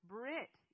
Brit